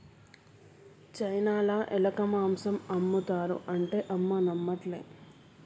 చైనాల ఎలక మాంసం ఆమ్ముతారు అంటే అమ్మ నమ్మట్లే